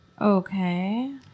Okay